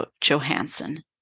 Johansson